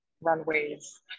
runways